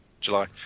July